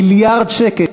מיליארד שקל,